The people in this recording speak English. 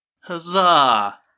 Huzzah